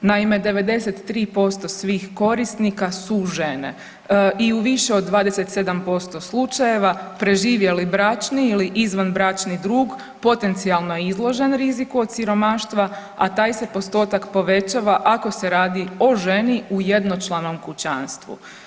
Naime, 93% svih korisnika su žene i u više od 27% slučajeva preživjeli bračni ili izvanbračni drug potencionalno je izložen riziku od siromaštva, a taj se postotak povećava ako se radi o ženi u jednočlanom kućanstvu.